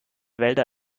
wälder